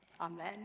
Amen